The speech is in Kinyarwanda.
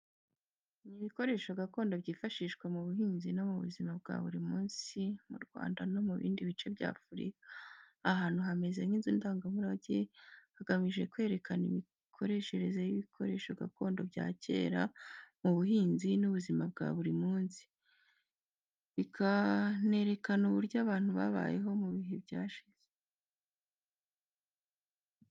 Ni ibikoresho gakondo byifashishwaga mu buhinzi no mu buzima bwa buri munsi mu Rwanda no mu bindi bice by'Afurika. Aha hantu hameze nka museum hagamijwe kwerekana imikoreshereze y'ibikoresho gakondo bya kera mu buhinzi n'ubuzima bwa buri munsi, bikanerekana uburyo abantu babayeho mu bihe byashize.